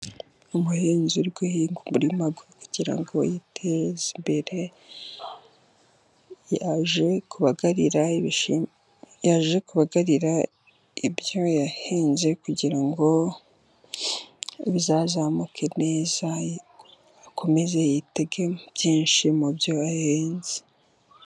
Umuhinzi uri guhinga umurima we kugira ngo yiteze imbere, yaje kubagarira, yaje kubagarira ibyo yahinze kugira ngo bizazamuke neza, akomeze yitege byinshi mu byo yahinze.